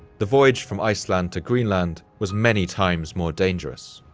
the voyage from iceland to greenland was many times more dangerous.